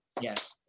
Yes